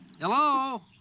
Hello